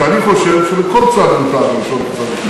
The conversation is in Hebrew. שאני חושב שלכל צד מותר לשאול את הצד השני,